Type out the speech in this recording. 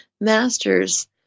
masters